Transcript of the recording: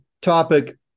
topic